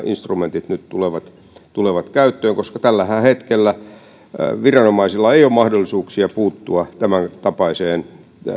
instrumentit nyt tulevat tulevat käyttöön koska tällä hetkellähän viranomaisilla ei ole mahdollisuuksia puuttua tämäntapaiseen